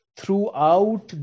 throughout